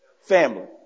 family